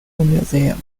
museum